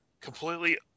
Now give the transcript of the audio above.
completely